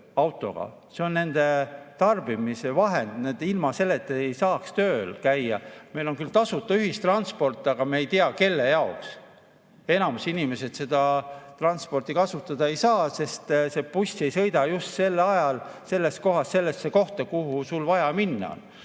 autoga, see on nende [töö]vahend, nad ilma selleta ei saaks tööl käia. Meil on küll tasuta ühistransport, aga me ei tea, kelle jaoks. Enamik inimesi seda transporti kasutada ei saa, sest buss ei sõida just sel ajal sellest kohast sellesse kohta, kuhu sul vaja minna